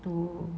to